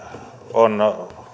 on